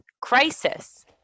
crisis